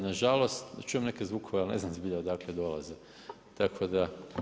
Nažalost, čujem neke zvukove ali ne znam zbilja odakle dolaze, tako da.